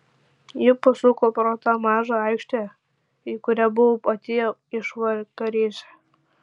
ji pasuko pro tą mažą aikštę į kurią buvo atėję išvakarėse